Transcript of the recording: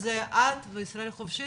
את ו"ישראל חופשית",